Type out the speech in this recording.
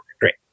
Great